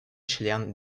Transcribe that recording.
член